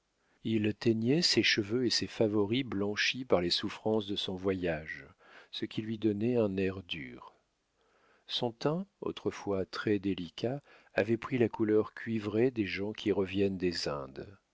il teignait ses cheveux et ses favoris blanchis par les souffrances de son voyage ce qui lui donnait un air dur son teint autrefois très délicat avait pris la couleur cuivrée des gens qui reviennent des indes